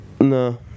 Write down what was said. No